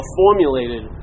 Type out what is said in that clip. formulated